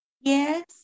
Yes